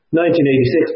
1986